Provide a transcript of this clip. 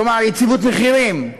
כלומר יציבות מחירים,